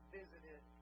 visited